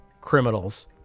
criminals